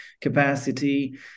capacity